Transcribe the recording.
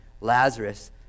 Lazarus